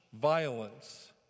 violence